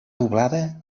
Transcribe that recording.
doblada